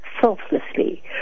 selflessly